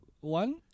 one